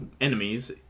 enemies